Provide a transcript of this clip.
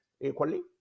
equally